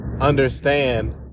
understand